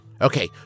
Okay